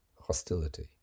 hostility